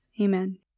Amen